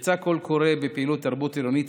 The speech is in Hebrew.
יצא קול קורא בפעילות תרבות עירונית,